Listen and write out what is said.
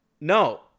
No